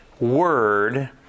word